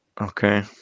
okay